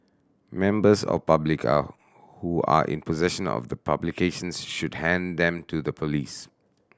members of public are who are in possessional of the publications should hand them to the police